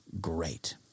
great